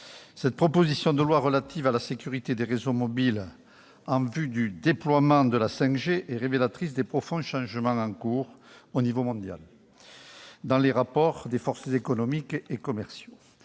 cette proposition de loi relative à la sécurité des réseaux mobiles, en vue du déploiement de la 5G, est révélatrice des profonds changements en cours, au niveau mondial, dans les rapports de force économiques et commerciaux.